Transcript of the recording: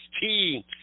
team